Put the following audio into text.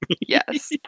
Yes